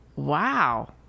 Wow